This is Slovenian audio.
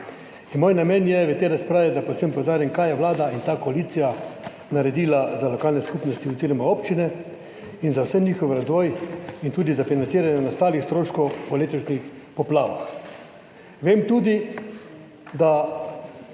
Moj namen v tej razpravi je, da predvsem poudarim, kaj sta vlada in ta koalicija naredili za lokalne skupnosti oziroma občine in za njihov razvoj in tudi za financiranje nastalih stroškov v letošnjih poplavah.